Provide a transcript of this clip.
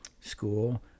school